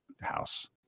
house